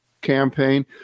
campaign